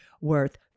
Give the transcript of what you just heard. worth